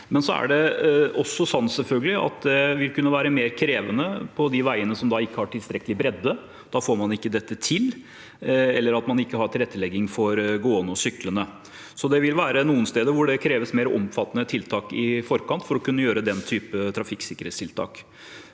selvfølgelig også slik at det vil kunne være mer krevende på de veiene som ikke har tilstrekkelig bredde – da får man ikke dette til – eller ikke har tilrettelegging for gående og syklende. Det vil være noen steder hvor det kreves mer omfattende tiltak i forkant, for å kunne gjøre den typen trafikksikkerhetstiltak.